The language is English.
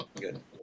Good